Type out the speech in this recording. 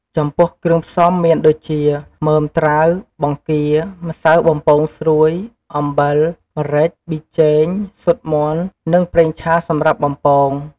ចំពោះគ្រឿងផ្សំមានដូចជា មើមត្រាវ បង្គា ម្សៅបំពងស្រួយ អំបិល ម្រេច ប៊ីចេង ស៊ុតមាន់ និងប្រេងឆាសម្រាប់បំពង។